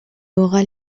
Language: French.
aura